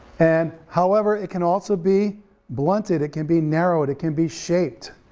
and however it can also be blunted, it can be narrowed, it can be shaped,